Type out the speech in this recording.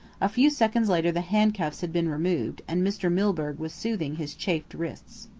a few seconds later the handcuffs had been removed, and mr. milburgh was soothing his chafed wrists.